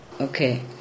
Okay